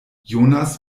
jonas